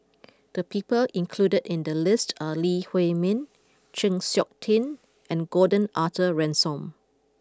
the people included in the list are Lee Huei Min Chng Seok Tin and Gordon Arthur Ransome